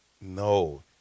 No